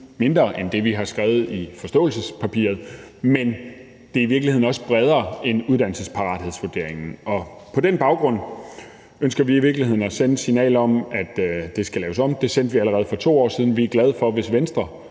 mindre end det, vi har skrevet i forståelsespapiret, men det er i virkeligheden også bredere end uddannelsesparathedsvurderingen. På den baggrund ønsker vi i virkeligheden at sende et signal om, at det skal laves om. Det sendte vi allerede for 2 år siden. Vi er glade for, hvis Venstre